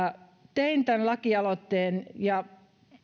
tein tämän lakialoitteen ja